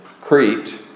Crete